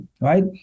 right